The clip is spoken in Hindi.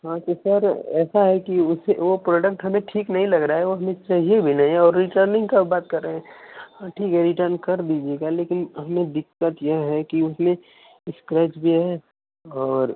हाँ तो सर ऐसा है कि उसे वो प्रोडक्ट हमें ठीक नहीं लग रहा है और हमें चहिए भी नहीं और रिटर्निंग का बात कर रहे हैं हाँ ठीक है रिटर्न कर दीजिएगा लेकिन हमें दिक्कत यह है कि उसमें इस्क्रेच भी है और